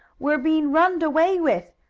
we're being runned away with!